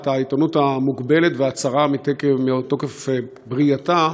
את העיתונות המוגבלת והצרה מתוקף ברייתה,